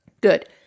Good